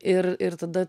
ir ir tada